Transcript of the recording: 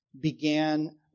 began